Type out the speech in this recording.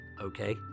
Okay